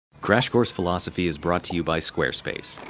crash course philosophy is brought to you by squarespace.